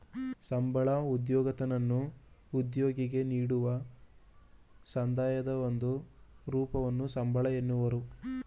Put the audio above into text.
ಸಂಬಳ ಉದ್ಯೋಗದತನು ಉದ್ಯೋಗಿಗೆ ನೀಡುವ ಸಂದಾಯದ ಒಂದು ರೂಪವನ್ನು ಸಂಬಳ ಎನ್ನುವರು